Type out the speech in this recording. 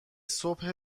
صبح